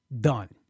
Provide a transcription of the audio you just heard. done